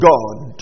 God